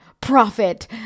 Profit